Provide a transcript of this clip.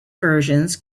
versions